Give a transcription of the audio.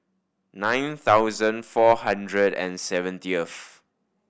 nine thousand four hundred and seventieth